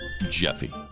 Jeffy